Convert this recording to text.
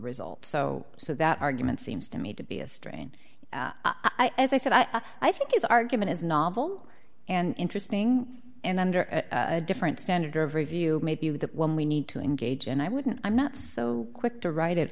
result so so that argument seems to me to be a strain i as i said i think his argument is novel and interesting and under a different standard of review maybe with that one we need to engage and i wouldn't i'm not so quick to write it